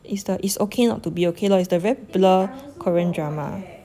it's the it's okay not to be okay lor it's the very bleh korean drama